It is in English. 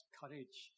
courage